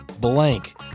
blank